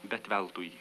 bet veltui